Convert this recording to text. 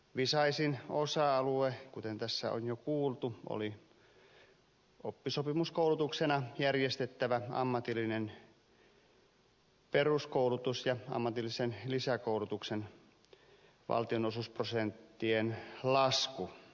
visaisin osa alue kuten tässä on jo kuultu oli oppisopimuskoulutuksena järjestettävä ammatillinen peruskoulutus ja ammatillisen lisäkoulutuksen valtionosuusprosenttien lasku